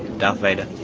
darth vader!